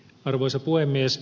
arvoisa puhemies